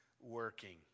working